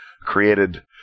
created